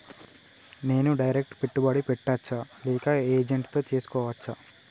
నేను డైరెక్ట్ పెట్టుబడి పెట్టచ్చా లేక ఏజెంట్ తో చేస్కోవచ్చా?